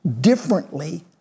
differently